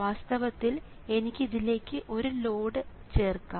വാസ്തവത്തിൽ എനിക്ക് ഇതിലേക്ക് ഒരു ലോഡ് ചേർക്കാം